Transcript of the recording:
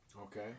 Okay